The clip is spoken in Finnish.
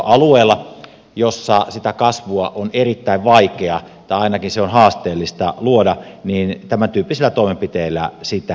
alueella jolla sitä kasvua on erittäin vaikea tai ainakin se on haasteellista luoda tämäntyyppisillä toimenpiteillä sitä tehdään